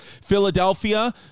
Philadelphia